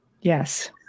Yes